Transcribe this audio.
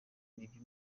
n’ibyo